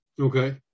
Okay